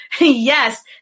Yes